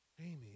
Amy